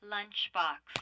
Lunchbox